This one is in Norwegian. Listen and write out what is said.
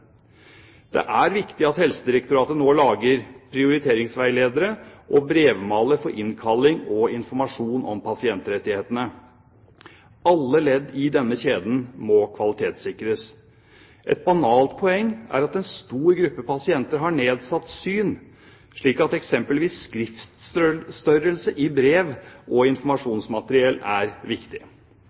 Det er viktig at Helsedirektoratet nå har laget prioriteringsveiledere og brevmaler for innkalling og informasjon om pasientrettighetene. Alle ledd i denne kjeden må kvalitetssikres. Et banalt poeng er at en stor gruppe pasienter har nedsatt syn, så f.eks. skriftstørrelse i brev og informasjonsmateriell er viktig.